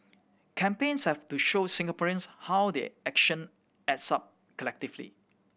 campaigns have to show Singaporeans how their action adds up collectively